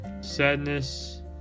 sadness